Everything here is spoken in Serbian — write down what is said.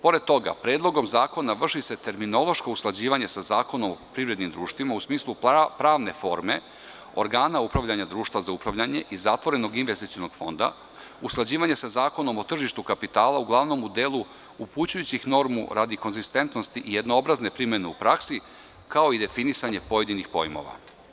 Pored toga predlogom zakona vrši se terminološko usklađivanje sa Zakonom o privrednim društvima, u smislu pravne forme, organa upravljanja društva za upravljanje i zatvorenog investicionog fonda, usklađivanje sa Zakonom o tržištu kapitala, uglavnom u delu upućujućih normi radi konzistentnosti i jednobrazne primene u praksi, ako i definisanje pojedinih pojmova.